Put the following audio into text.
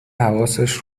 حواسش